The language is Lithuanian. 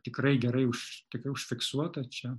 tikrai gerai uš tikrai užfiksuota čia